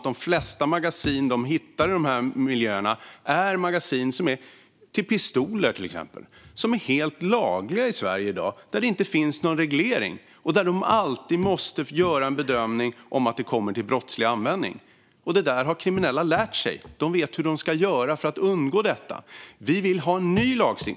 De flesta magasin de hittar i de här miljöerna är magasin till exempelvis pistoler som är helt lagliga i Sverige i dag och det inte finns någon reglering kring, och de måste alltid göra en bedömning av om magasinen kommer till brottslig användning. Det där har kriminella lärt sig. De vet hur de ska göra för att undgå detta.